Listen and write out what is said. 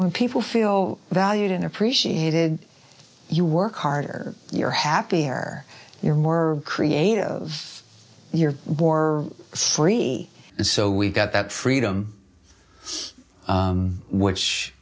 when people feel valued and appreciated you work harder you're happier you're more creative you're war free and so we've got that freedom which